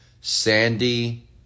Sandy